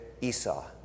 Esau